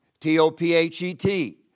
T-O-P-H-E-T